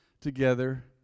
together